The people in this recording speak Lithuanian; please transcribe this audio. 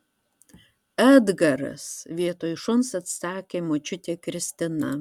edgaras vietoj šuns atsakė močiutė kristina